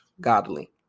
godly